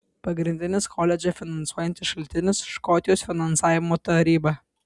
pagrindinis koledžą finansuojantis šaltinis škotijos finansavimo taryba